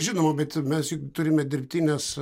žinoma bet mes juk turime dirbtines